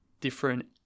different